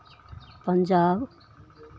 Punjab